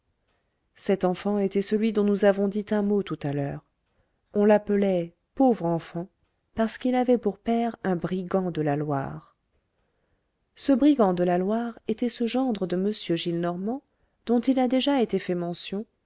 cet enfant était celui dont nous avons dit un mot tout à l'heure on lappelait pauvre enfant parce qu'il avait pour père un brigand de la loire ce brigand de la loire était ce gendre de m gillenormand dont il a déjà été fait mention